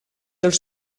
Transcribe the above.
els